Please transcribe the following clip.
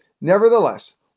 Nevertheless